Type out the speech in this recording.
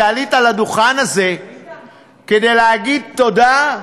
כשעלית לדוכן הזה כדי להגיד תודה,